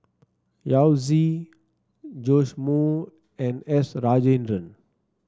Yao Zi Joash Moo and S Rajendran